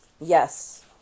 Yes